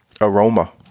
aroma